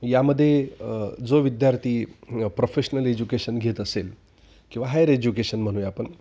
यामध्ये जो विद्यार्थी प्रोफेशनल एज्युकेशन घेत असेल किंवा हायर एज्युकेशन म्हणूया आपण